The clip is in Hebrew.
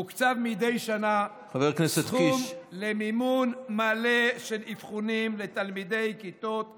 מוקצב מדי שנה סכום למימון מלא של אבחונים לתלמידי כיתות ח'